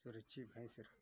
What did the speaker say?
सुरक्षित ढंग से रखते हैं